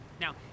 now